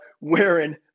wearing